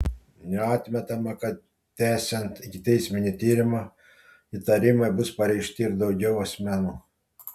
neatmetama kad tęsiant ikiteisminį tyrimą įtarimai bus pareikšti ir daugiau asmenų